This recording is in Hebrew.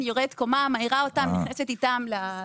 אני יורדת קומה, מעירה אותם ונכנסת איתם לממ"ד.